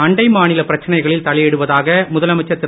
அண்டை மாநில பிரச்சனைகளில் தலையிடுவதாக முதலமைச்சர் திரு